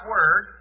Word